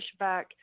pushback